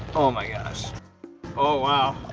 oh my gosh oh wow.